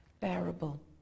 bearable